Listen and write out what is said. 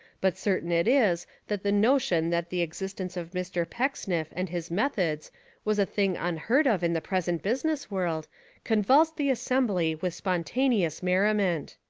but certain it is that the notion that the existence of mr. pecksniff and his methods was a thing unheard of in the present business world convulsed the assembly with spontaneous merri ment.